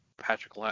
Patrick